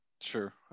sure